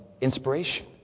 inspiration